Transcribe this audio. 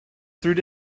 through